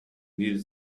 needed